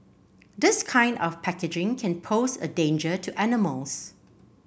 this kind of packaging can pose a danger to animals